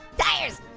tires!